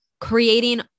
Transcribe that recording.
creating